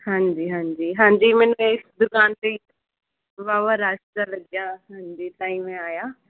ਹਾਂਜੀ ਹਾਂਜੀ ਹਾਂਜੀ ਮੈਨੂੰ ਇਸ ਦੁਕਾਨ 'ਤੇ ਹੀ ਵਾਵਾ ਰੱਛ ਜਿਹਾ ਲੱਗਿਆ ਹਾਂਜੀ ਤਾਹੀਂ ਮੈਂ ਆਇਆ